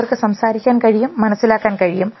അവർക്ക് സംസാരിക്കാൻ കഴിയും മനസ്സിലാക്കാൻ കഴിയും